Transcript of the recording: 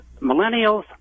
Millennials